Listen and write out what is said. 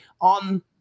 on